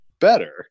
better